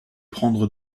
prendre